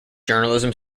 journalism